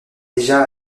déjà